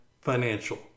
financial